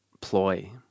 ploy